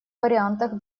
вариантах